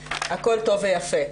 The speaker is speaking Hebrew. הכול טוב יפה,